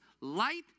light